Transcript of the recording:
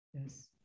Yes